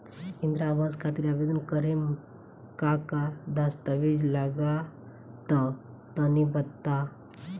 इंद्रा आवास खातिर आवेदन करेम का का दास्तावेज लगा तऽ तनि बता?